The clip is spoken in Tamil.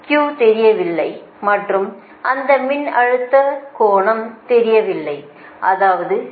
Q தெரியவில்லை மற்றும் அந்த மின்னழுத்த கோணம் தெரியவில்லை அதாவது PV பஸ்களில் இந்த இரண்டும் தெரியவில்லை